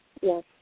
Yes